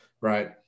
right